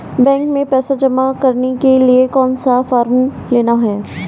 Bank में पैसा जमा करने के लिए कौन सा फॉर्म लेना है?